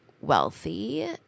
wealthy